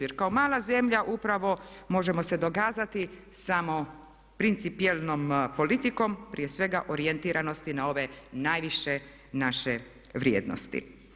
Jer kao mala zemlja upravo možemo se dokazati samo principijelnom politikom, prije svega orijentiranosti na ove najviše naše vrijednosti.